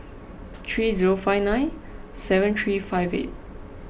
three zero five nine seven three five eight